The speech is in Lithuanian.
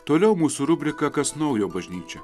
toliau mūsų rubrika kas naujo bažnyčia